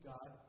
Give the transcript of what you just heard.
God